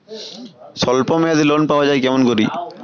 স্বল্প মেয়াদি লোন পাওয়া যায় কেমন করি?